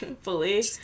fully